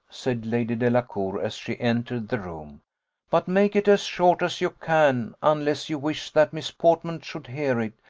said lady delacour as she entered the room but make it as short as you can, unless you wish that miss portman should hear it,